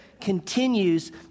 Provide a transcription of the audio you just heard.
continues